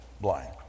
blind